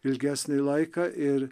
ilgesnį laiką ir